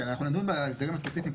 אנחנו נדון בהסדרים הספציפיים,